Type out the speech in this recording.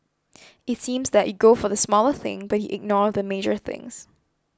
it seems that you go for the smaller thing but you ignore the major things